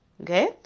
okay